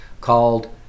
called